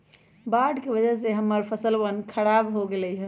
बाढ़ के वजह से हम्मर फसलवन खराब हो गई लय